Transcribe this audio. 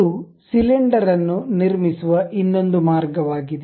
ಇದು ಸಿಲಿಂಡರ್ ಅನ್ನು ನಿರ್ಮಿಸುವ ಇನ್ನೊಂದು ಮಾರ್ಗವಾಗಿದೆ